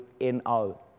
No